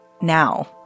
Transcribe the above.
now